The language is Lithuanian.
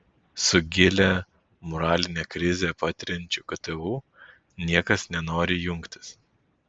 su gilią moralinę krizę patiriančiu ktu niekas nenori jungtis